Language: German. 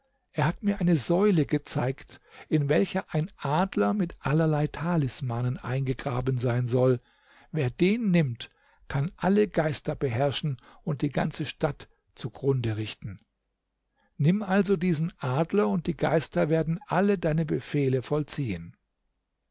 er hat mir eine säule gezeigt in welcher ein adler mit allerlei talismanen eingegraben sein soll wer den nimmt kann alle geister beherrschen und die ganze stadt zu grund richten nimm also diesen adler und die geister werden alle deine befehle vollziehen